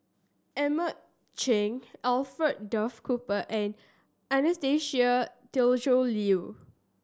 Edmund Cheng Alfred Duff Cooper and Anastasia Tjendri Liew